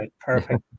Perfect